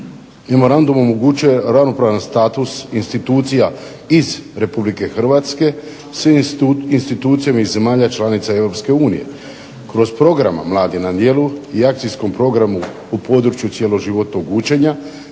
Memorandum omogućuje ravnopravan status institucija iz Republike Hrvatske sa svim institucijama iz zemalja članica Europske unije. Kroz Program Mladi na djelu i Akcijskom programu u području cjeloživotnog učenja